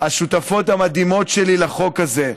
השותפות המדהימות שלי לחוק הזה,